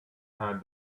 had